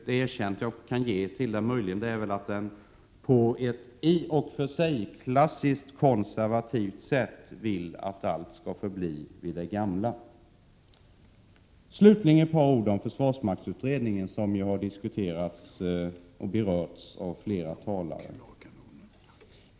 Det erkännande jag möjligen kan ge denna reservation är att den på ett i och för sig klassiskt konservativt sätt vill att allt skall förbli vid det gamla. Slutligen vill jag säga något om försvarsmaktsutredningen, som ju har berörts av flera talare.